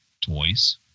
toys